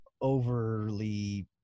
overly